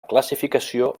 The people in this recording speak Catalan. classificació